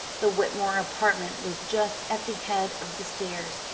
the whitmore apartment was just at the head of the stairs,